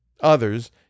Others